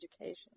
education